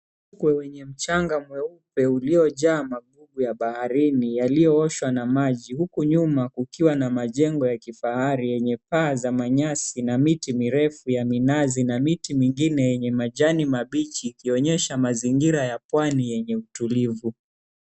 Ufukwe wenye mchanga mweupe uliojaa magugu ya baharini yaliyooshwa na maji huku nyuma kukiwa na majengo ya kifahari yenye paa za manyasi na miti mirefu ya minazi na miti mingine yenye majani mabichi yakionyesha mazingira ya pwani yenye utulivu.